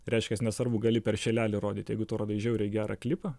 reiškias nesvarbu gali per šilelį rodyt jeigu tu rodai žiauriai gerą klipą